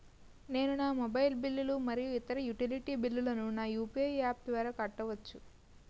నేను నా మొబైల్ బిల్లులు మరియు ఇతర యుటిలిటీ బిల్లులను నా యు.పి.ఐ యాప్ ద్వారా కట్టవచ్చు